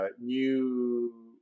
new